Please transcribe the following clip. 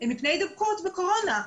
מפני הידבקות בקורונה.